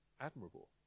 admirable